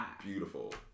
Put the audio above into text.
beautiful